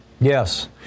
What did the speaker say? Yes